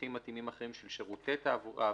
"מסמכים מתאימים אחרים של שירותי תעבורה אווירית"